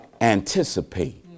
Anticipate